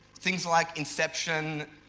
things like inception,